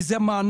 כי זה מענק.